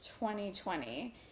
2020